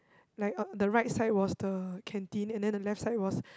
like or the right side was the canteen and then the left side was